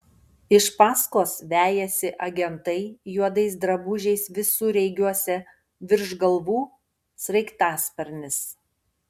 iš paskos vejasi agentai juodais drabužiais visureigiuose virš galvų sraigtasparnis